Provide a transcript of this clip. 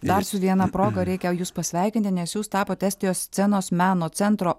dar su viena proga reikia jus pasveikinti nes jūs tapote estijos scenos meno centro